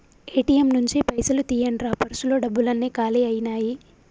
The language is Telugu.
ఏ.టి.యం నుంచి పైసలు తీయండ్రా పర్సులో డబ్బులన్నీ కాలి అయ్యినాయి